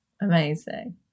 Amazing